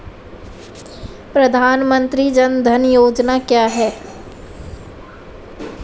प्रधानमंत्री जन धन योजना क्या है?